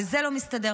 וזה לא מסתדר,